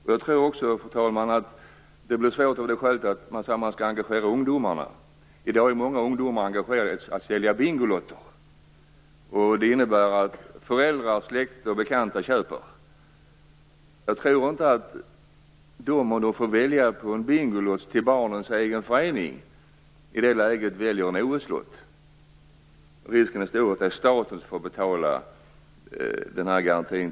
Jag tror också att det kommer att bli svårt att engagera ungdomarna. I dag är många ungdomar engagerade i att sälja bingolotter. Det innebär att föräldrar, släktingar och bekanta köper lotter. Jag tror inte att om de skall välja mellan att köpa en bingolott för barnens förening och en OS-lott, att de i det läget skulle välja en OS-lott. Risken är stor att staten i slutändan får betala en stor del av garantin.